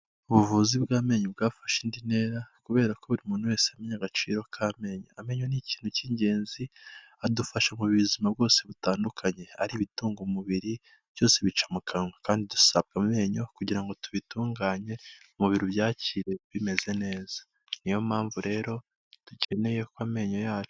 Ubuvuzi bw'amenyo bwafashe indi ntera, kubera ko buri muntu wese yamenye agaciro k'amenyo. Amenyo ni ikintu k'ingenzi adufasha mu buzima bwose butandukanye, ari ibitunga umubiri byose bica mu kanwa, kandi dusabwa amenyo kugira ngo tubitunganye umubiri ubyakire bimeze neza, niyo mpamvu rero dukeneye ko amenyo yacu...